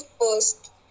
first